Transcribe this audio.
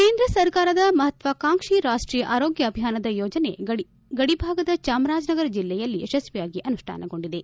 ಕೇಂದ್ರ ಸರ್ಕಾರದ ಮಹತ್ವಾಕಾಂಕ್ಷಿ ರಾಷ್ಷೀಯ ಆರೋಗ್ಯ ಅಭಿಯಾನದ ಯೋಜನೆ ಗಡಿಭಾಗದ ಚಾಮರಾಜನಗರ ಜಿಲ್ಲೆಯಲ್ಲಿ ಯಶಸ್ವಿಯಾಗಿ ಅನುಷ್ಟಾನಗೊಂಡಿದೆ